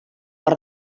per